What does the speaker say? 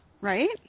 right